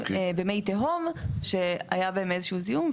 מי תהום שהיה בהם איזה שהוא זיהום.